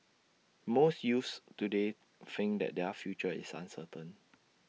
most youths today think that their future is uncertain